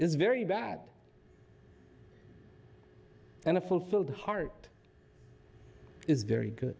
is very bad and a fulfilled heart is very good